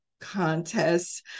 contests